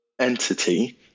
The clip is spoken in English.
entity